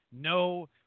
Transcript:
No